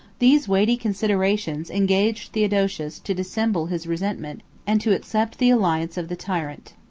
these weighty considerations engaged theodosius to dissemble his resentment, and to accept the alliance of the tyrant.